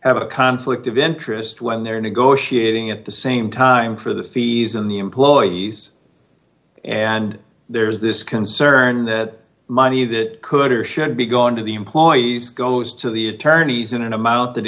have a conflict of interest when they're negotiating at the same time for the fees and the employees and there's this concern that money that could or should be gone to the employees goes to the attorneys in an amount that